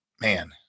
man